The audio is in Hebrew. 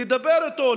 לדבר איתו,